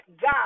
God